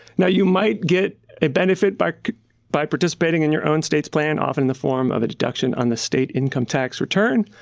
now you might get a benefit by like by participating in your own state's plan, often in the form of a deduction on the state income tax return,